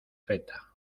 feta